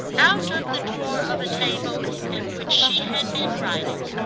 out of the drawer of a table at which she had been writing.